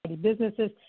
businesses